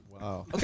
Wow